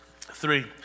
Three